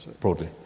broadly